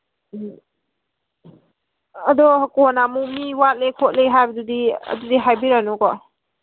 ꯎꯝ ꯑꯗꯣ ꯀꯣꯟꯅ ꯑꯃꯨꯛ ꯃꯤ ꯋꯥꯠꯂꯦ ꯈꯣꯠꯂꯦ ꯍꯥꯏꯕꯗꯨꯗꯤ ꯑꯗꯨꯗꯤ ꯍꯥꯏꯕꯤꯔꯑꯅꯨꯀꯣ